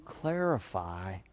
clarify